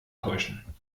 täuschen